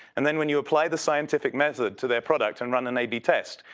and then when you apply the scientific method to their product and run an ab test,